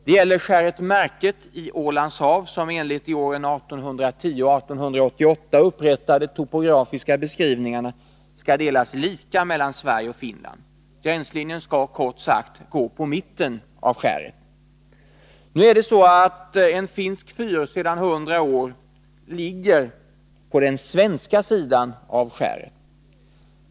Det gäller skäret Märket i Ålands hav, som enligt de åren 1810 och 1888 upprättade topografiska beskrivningarna skall delas lika mellan Sverige och Finland. Gränslinjen skall kort sagt gå på mitten av skäret. Nu är det så att en finsk fyr sedan 100 år ligger på den svenska sidan av skäret.